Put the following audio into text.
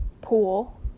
pool